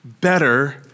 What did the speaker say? better